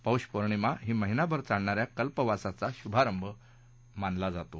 पौषपौर्णिमा ही महिनाभर चालणा या कल्पवासाचा शुभारंभ मानला जातो